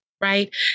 Right